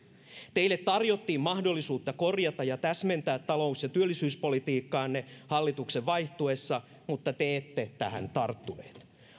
teille tarjottiin mahdollisuutta korjata ja täsmentää talous ja työllisyyspolitiikkaanne hallituksen vaihtuessa mutta te ette tähän tarttuneet